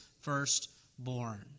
firstborn